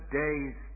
days